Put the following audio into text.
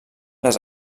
les